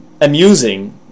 amusing